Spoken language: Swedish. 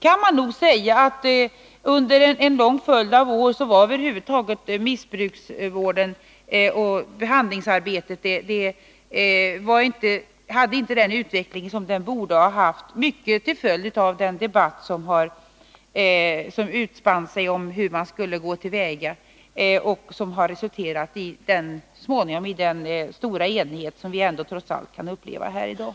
Man kan nog säga att missbrukarvården och behandlingsarbetet under en lång följd av år inte utvecklats som det borde ha gjort, mycket till följd av den debatt som utspann sig om hur man skulle gå till väga och som så småningom resulterade i den stora enighet som vi trots allt kan uppleva här i dag.